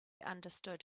understood